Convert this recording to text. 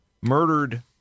murdered